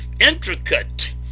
intricate